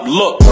look